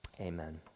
amen